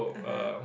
(uh huh)